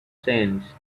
sense